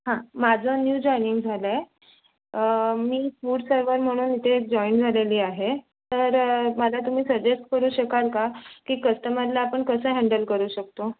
हां माझं new joining झालं आहे मी फूड सर्वर म्हणून इथे जॉईन झालेली आहे तर मला तुम्ही सजेस्ट करू शकाल का की कस्टमरला आपण कसं हँडल करू शकतो